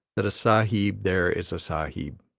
that a sahib there is a sahib,